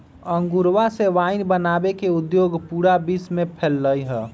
अंगूरवा से वाइन बनावे के उद्योग पूरा विश्व में फैल्ल हई